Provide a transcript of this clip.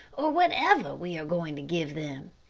or whatever we are going to give them.